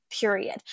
period